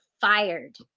fired